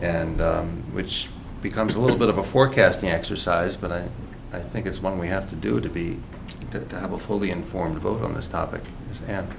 and which becomes a little bit of a forecasting exercise but i think it's one we have to do to be able to fully inform vote on this topic and